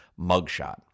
mugshot